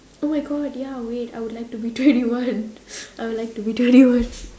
oh my god ya wait I would like to be twenty one I would like to be twenty one